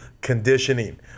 conditioning